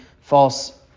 false